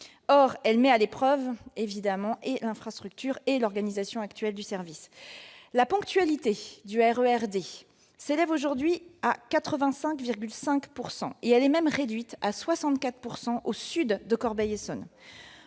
met évidemment à l'épreuve et l'infrastructure et l'organisation actuelle du service. La ponctualité du RER D ne s'élève aujourd'hui qu'à 85,5 %, et elle est même réduite à 64 % au sud de Corbeil-Essonnes.